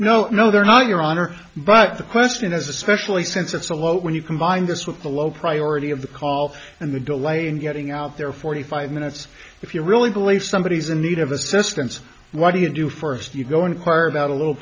no no they're not your honor but the question is especially since it's a low when you combine this with the low priority of the call and the delay in getting out there forty five minutes if you really believe somebody is in need of assistance what do you do first you go inquire about a little